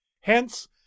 Hence